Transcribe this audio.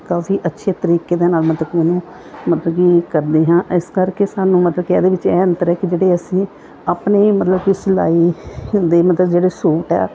ਕਾਫ਼ੀ ਅੱਛੇ ਤਰੀਕੇ ਦੇ ਨਾਲ ਮਤਲਬ ਉਹਨੂੰ ਮਤਲਬ ਕਿ ਕਰਦੇ ਹਾਂ ਇਸ ਕਰਕੇ ਸਾਨੂੰ ਮਤਲਬ ਕਿ ਇਹਦੇ ਵਿੱਚ ਇਹ ਅੰਤਰ ਹੈ ਕਿ ਜਿਹੜੇ ਅਸੀਂ ਆਪਣੇ ਮਤਲਬ ਸਿਲਾਈ ਹੁੰਦੇ ਮਤਲਬ ਜਿਹੜੇ ਸੂਟ ਆ